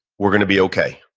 we're going to be okay.